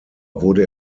wurde